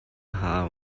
hau